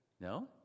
No